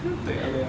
对咯对咯